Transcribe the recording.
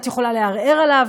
את יכולה לערער עליו,